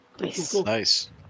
nice